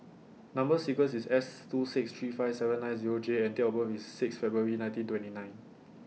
Number sequence IS S two six three five seven nine Zero J and Date of birth IS six February nineteen twenty nine